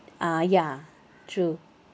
ah ya true